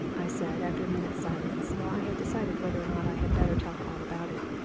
i said after a minute's silence, while i had decided whether or not i had better tell her all about it.